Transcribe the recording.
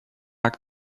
back